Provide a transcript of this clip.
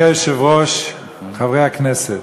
אדוני היושב-ראש, חברי הכנסת,